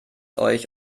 euch